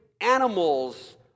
animals